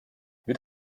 mit